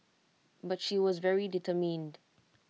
but she was very determined